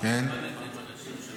הוא למד את זה עם אנשים שבמקצוע.